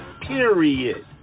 Period